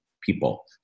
people